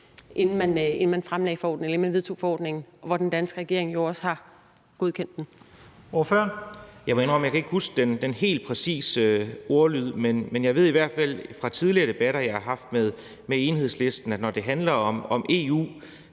Jensen): Ordføreren. Kl. 13:38 Anders Kronborg (S): Jeg må indrømme, at jeg ikke kan huske den helt præcise ordlyd, men jeg ved i hvert fald fra tidligere debatter, jeg har haft med Enhedslisten, at når det handler om EU,